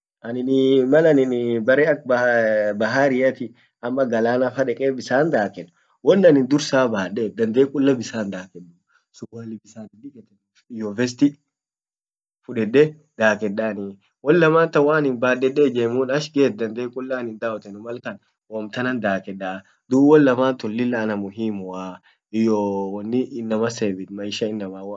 annin mal annin bate ak bahar bahariati ama galanafa deke bisan daked won an dursa badet dandee kulla bisan hindakeduu surwali bisanin diketenuf iyyo vesti fudede dakeddanii won laman tan waan badede ijemun ash get dandee kulla anin dawotenuu wontanan dakedaa dub won laman tun lilla ana muhimuaa iyyo wonni inama sevit maisha inama w